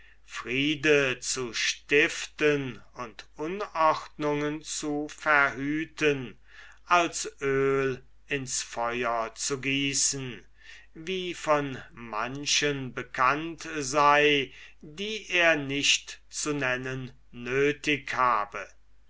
friede zu machen und unordnungen zu verhüten als öl ins feuer zu gießen wie von manchen bekannt sei die er nicht zu nennen nötig habe